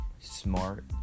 smart